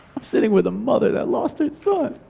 i'm sitting with a mother that lost her son.